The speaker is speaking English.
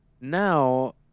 now